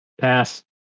Pass